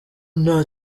nta